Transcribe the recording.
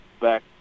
back